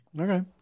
okay